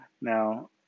Now